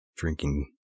Drinking